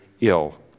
ill